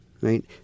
right